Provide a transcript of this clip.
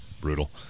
brutal